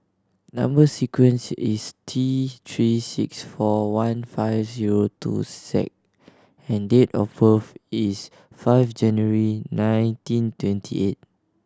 number sequence is T Three six four one five zero two Z and date of birth is five January nineteen twenty eight